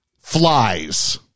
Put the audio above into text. flies